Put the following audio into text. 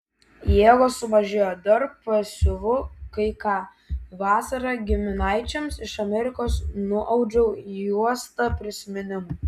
jėgos sumažėjo dar pasiuvu kai ką vasarą giminaičiams iš amerikos nuaudžiau juostą prisiminimui